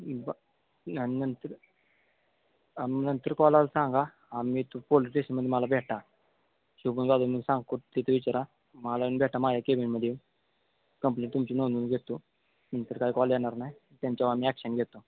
बं ना नंतर आम नंतर कॉल आला तर सांगा आम्ही तू पोलस स्टेशनमध्ये मला भेटा शुभम जादव म सांगा कुठचे ते विचारा मला आणि भेटा माझ्या केबीनमध्ये येऊन कंप्लेट तुमची नोंदवून घेतो नंतर काय कॉल येणार नाही त्यांच्यावर आम्ही ॲक्शन घेतो